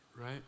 Right